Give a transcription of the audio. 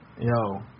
Yo